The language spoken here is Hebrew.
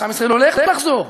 שעם ישראל הולך לחזור,